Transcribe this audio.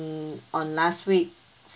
um on last week